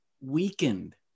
weakened